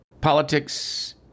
politics